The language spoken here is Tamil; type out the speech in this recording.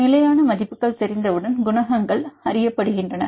நிலையான மதிப்புகள் தெரிந்தவுடன் குணகங்கள் அறியப்படுகின்றன